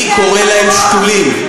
אני קורא להם "שתולים".